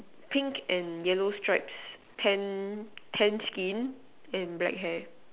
pink and yellow stripes Tan Tan skin and black hair